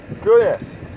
goodness